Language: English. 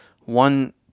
one